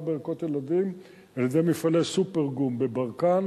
בערכות ילדים על-ידי מפעלי "סופרגום" בברקן